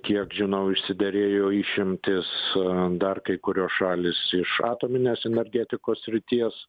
kiek žinau išsiderėjo išimtis dar kai kurios šalys atominės energetikos srities